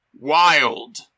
Wild